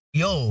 yo